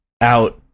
out